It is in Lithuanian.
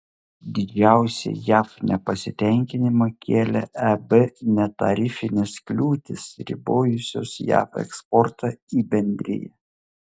didžiausią jav nepasitenkinimą kėlė eb netarifinės kliūtys ribojusios jav eksportą į bendriją